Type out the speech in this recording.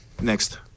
Next